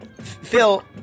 Phil